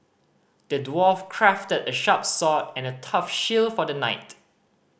the dwarf crafted a sharp sword and a tough shield for the knight